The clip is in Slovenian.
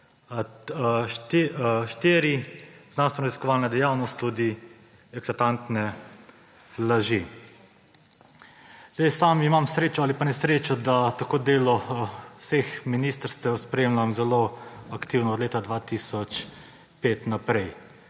4 o znanstveno-raziskovalni dejavnosti tudi eklatantne laži. Sam imam srečo ali pa nesrečo, da delo vseh ministrstev spremljam zelo aktivno od leta 2005 naprej